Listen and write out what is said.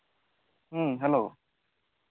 ᱦᱮᱸ ᱦᱮᱞᱳ